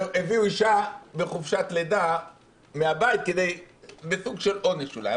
הביאו אישה מחופשת לידה מהבית זה סוג של עונש אולי.